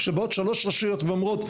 כשבאות שלוש רשויות ואומרות,